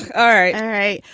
are all right.